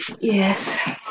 Yes